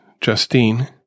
Justine